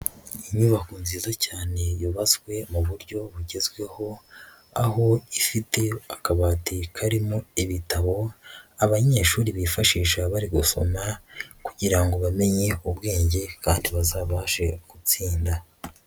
Inyubako nziza cyane yubatswe mu buryo bugezweho, aho ifite akabati karimo ibitabo abanyeshuri bifashisha bari gusoma kugira ngo bamenye ubwenge kandi bazabashe gutsinda.